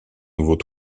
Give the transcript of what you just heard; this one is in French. nouveaux